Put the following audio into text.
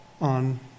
on